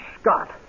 Scott